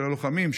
של לוחמים,